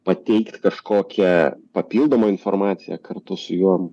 pateikt kažkokią papildomą informaciją kartu su juo